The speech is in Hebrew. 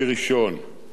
השר וילנאי.